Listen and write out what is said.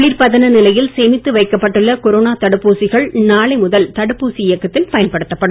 குளிர்பதன நிலையில் சேமித்து வைக்கப்பட்டுள்ள கொரோனா தடுப்பூசிகள் நாளை முதல் தடுப்பூசி இயக்கத்தில் பயன்படுத்தப் படும்